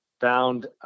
Found